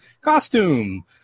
costume